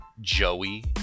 Joey